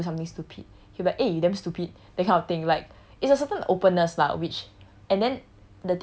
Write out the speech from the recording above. so if I were tell him I do something stupid he'll be like eh you damn stupid that kind of thing like it's a certain openness lah which